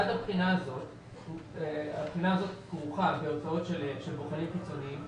עד הבחינה הזאת הבחינה הזאת כרוכה בבוחנים חיצוניים,